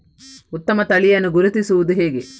ಉತ್ತಮ ತಳಿಯನ್ನು ಗುರುತಿಸುವುದು ಹೇಗೆ?